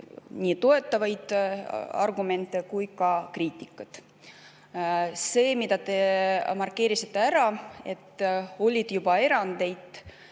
nii toetavaid argumente kui ka kriitikat. See, mida te markeerisite ära, et on juba tehtud